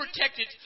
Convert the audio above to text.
protected